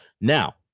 Now